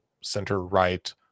center-right